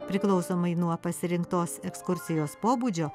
priklausomai nuo pasirinktos ekskursijos pobūdžio